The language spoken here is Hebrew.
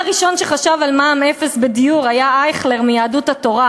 הראשון שחשב על מע"מ אפס בדיור היה אייכלר מיהדות התורה,